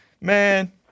man